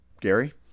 Gary